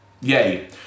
Yay